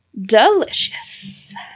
delicious